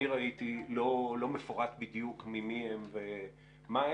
ראיתי לא מפורט בדיוק ממי הם ומהם,